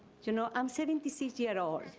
you know, i'm seventy six year old.